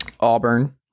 auburn